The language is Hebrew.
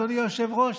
אדוני היושב-ראש?